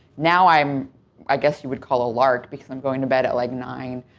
now i'm i guess you would call a lark because i'm going to bed at, like, nine.